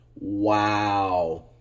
wow